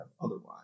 otherwise